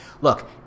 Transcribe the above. look